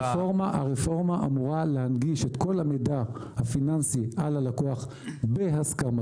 הרפורמה אמורה להנגיש את כל המידע הפיננסי על הלקוח בהסכמתו